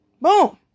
boom